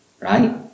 right